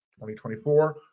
2024